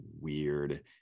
weird